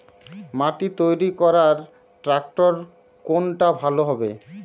মাটি তৈরি করার ট্রাক্টর কোনটা ভালো হবে?